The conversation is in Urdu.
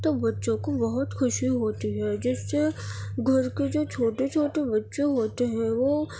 تو بچوں کو بہت خوشی ہوتی ہے جس سے گھر کے جو چھوٹے چھوٹے بچے ہوٹے ہیں وہ